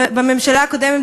בממשלה הקודמת,